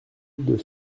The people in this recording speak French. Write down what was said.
deux